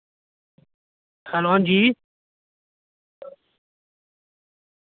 hello हांजी